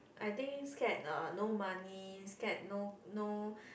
I think scared uh no money scared no no